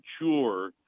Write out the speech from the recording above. mature